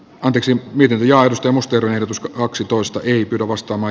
onneksi niiden johdosta muster ehdotus kaksitoista eri arvostama